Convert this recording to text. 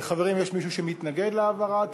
חברים, יש מישהו שמתנגד להעברה?